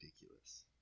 ridiculous